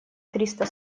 триста